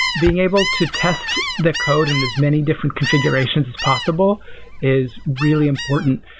being able to test the code in as many different configurations as possible is really important,